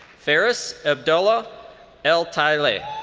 ferris abdullah al-taile.